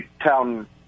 town